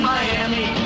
Miami